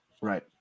Right